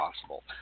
possible